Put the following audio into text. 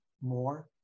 more